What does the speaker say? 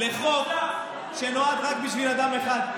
עם סכום קבוע מראש, לחוק שנועד רק לאדם אחד.